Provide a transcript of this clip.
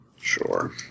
Sure